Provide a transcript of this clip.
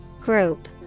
Group